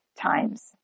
times